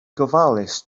gofalus